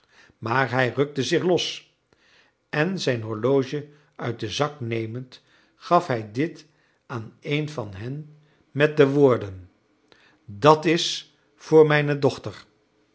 maar hij rukte zich los en zijn horloge uit den zak nemend gaf hij dit aan een van hen met de woorden dat is voor mijne dochter